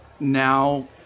Now